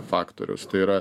faktorius tai yra